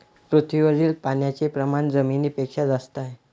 पृथ्वीवरील पाण्याचे प्रमाण जमिनीपेक्षा जास्त आहे